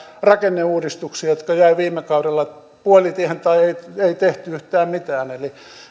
rakenneuudistuksia jotka jäivät viime kaudella puolitiehen tai ei tehty yhtään mitään eli